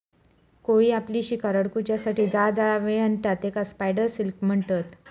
कोळी आपली शिकार अडकुच्यासाठी जा जाळा विणता तेकाच स्पायडर सिल्क म्हणतत